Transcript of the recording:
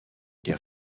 des